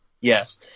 Yes